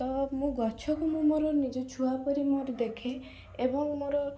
ତ ମୁଁ ଗଛକୁ ମୁଁ ମୋର ନିଜଛୁଆ ପରି ମୋର ଦେଖେ ଏବଂ ମୋର